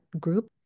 group